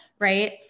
Right